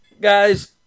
Guys